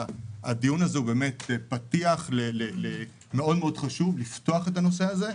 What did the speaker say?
הדיון הזה הוא באמת פתיח חשוב מאוד לפתוח את הנושא הזה.